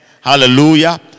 Hallelujah